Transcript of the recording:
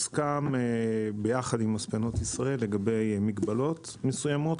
הוסכם יחד עם מספנות ישראל לגבי מגבלות מסוימות.